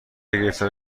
گرفتن